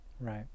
right